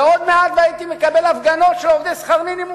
ועוד מעט והייתי מקבל הפגנות של עובדי שכר מינימום